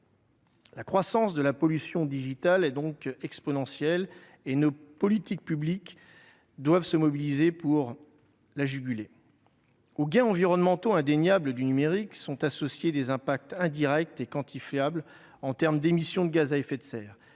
La croissance de la pollution digitale est donc exponentielle et nos politiques publiques doivent se mobiliser pour la juguler. Aux gains environnementaux indéniables du numérique sont associés des impacts directs et quantifiables, qu'il s'agisse des émissions de gaz à effet de serre,